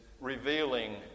revealing